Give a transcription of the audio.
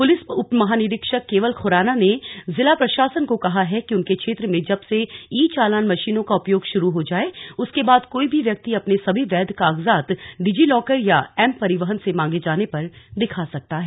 police उपमहानिरीक्षक केवल खुराना ने जिला प्रशासन को कहा है कि उनके क्षेत्र में जब से ई चालान मशीनों का उपयोग शुरू हो जाए उसके बाद कोई भी व्यक्ति अपने सभी वैध कागजात डिजि लॉकर या एम परिवहन से मांगे जाने पर दिखा सकता है